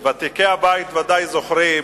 ותיקי הבית ודאי זוכרים